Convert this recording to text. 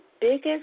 biggest